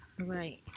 right